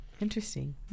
interesting